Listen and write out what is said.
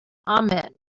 amen